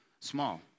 small